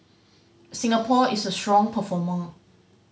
Singapore is a strong performer